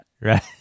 right